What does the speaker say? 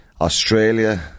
Australia